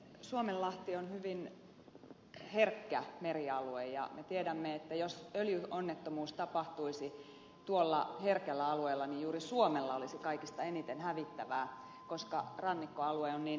suomenlahti on hyvin herkkä merialue ja me tiedämme että jos öljyonnettomuus tapahtuisi tuolla herkällä alueella niin juuri suomella olisi kaikista eniten hävittävää koska rannikkoalue on niin rikkonainen